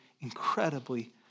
incredibly